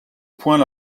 point